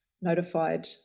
notified